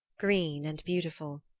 green and beautiful.